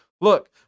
Look